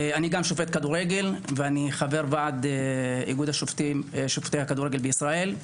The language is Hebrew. אני גם שופט כדורגל ואני חבר ועד איגוד שופטי הכדורגל בישראל,